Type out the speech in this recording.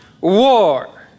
war